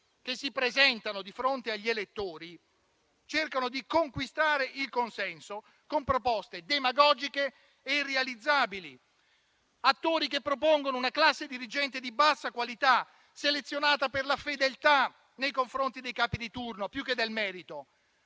che si presentano di fronte agli elettori cerca di conquistare il consenso con proposte demagogiche e irrealizzabili; attori che propongono una classe dirigente di bassa qualità, selezionata per la fedeltà nei confronti dei capi di turno più che per il merito.